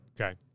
Okay